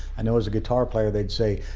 i know, as a guitar player, they'd say,